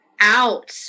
out